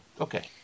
Okay